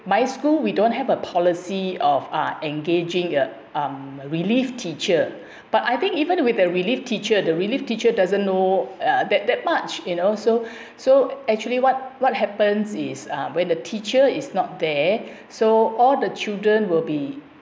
my school we don't have a policy of uh engaging a um relief teacher but I think even with a relief teacher the relief teacher doesn't know uh that that much you know so so actually what what happens is when the teacher is not there so all the children will be